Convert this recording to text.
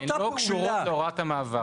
הן לא קשורות להוראת המעבר.